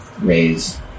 raise